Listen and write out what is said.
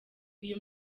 uyu